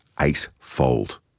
eightfold